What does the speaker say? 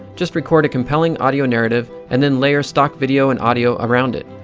just record a compelling audio narrative, and then layer stock video and audio around it.